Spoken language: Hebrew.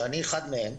ואני אחד מהם,